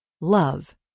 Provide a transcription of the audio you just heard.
love